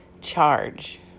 charge